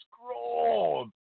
scroll